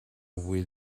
will